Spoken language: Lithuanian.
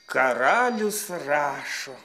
karalius rašo